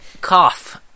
cough